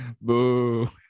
Boo